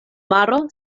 maro